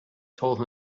told